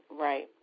right